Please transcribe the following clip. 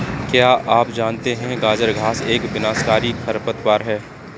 क्या आप जानते है गाजर घास एक विनाशकारी खरपतवार है?